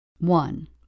One